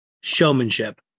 showmanship